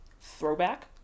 throwback